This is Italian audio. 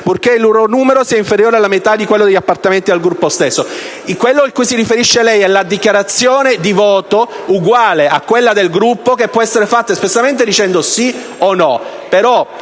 purché il loro numero sia inferiore alla metà di quello degli appartenenti al Gruppo stesso». Quello cui si riferisce il senatore Falanga è la dichiarazione di voto uguale a quella del Gruppo, che può essere fatta, espressamente, dicendo sì o no;